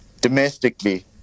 domestically